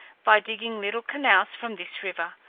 by digging little canals from this river,